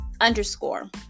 underscore